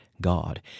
god